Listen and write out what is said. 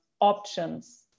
options